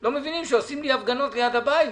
לא מבינים שעושים לי הפגנות ליד הבית.